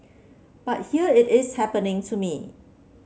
but here it is happening to me